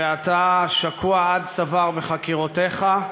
ואתה שקוע עד צוואר בחקירותיך,